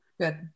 Good